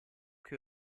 che